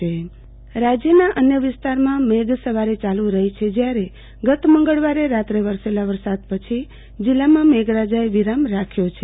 આરતીબેન ભદ્દ મેઘસવારી રાજયના અન્ય વિસ્તારમાં મેઘસવારી ચાલુ રફી છે જયારે ગત મંગળવારે રાત્રે વરસેલા વરસાદ પછી જિલ્લામાં મેઘરાજાએ વિરામ રાખ્યો છે